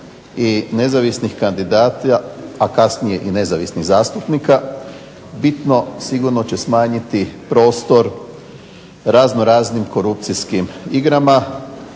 i nezavisnih kandidata, a kasnije i nezavisnih zastupnika bitno sigurno će smanjiti prostor razno raznim korupcijskim igrama